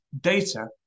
data